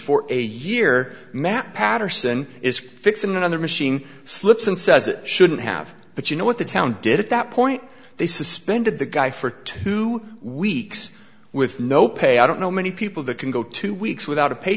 for a year matt patterson is fixing it on the machine slips and says it shouldn't have but you know what the town did at that point they suspended the guy for two weeks with no pay i don't know many people that can go two weeks without a pay